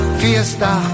fiesta